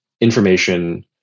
information